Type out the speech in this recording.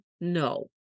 No